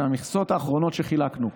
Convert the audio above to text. המכסות האחרונות שחילקנו,